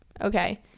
Okay